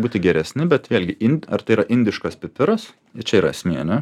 būti geresni bet vėlgi ind ar tai yra indiškas pipiras čia yra esmė ane